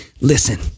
Listen